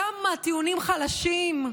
כמה טיעונים חלשים.